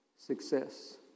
success